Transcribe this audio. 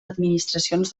administracions